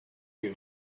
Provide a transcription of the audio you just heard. you